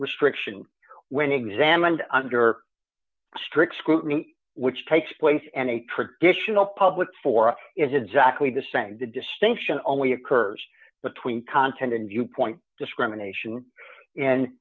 restriction when examined under strict scrutiny which takes place and a traditional public forum is exactly the same the distinction only occurs between content and viewpoint discrimination and